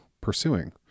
pursuing